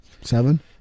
Seven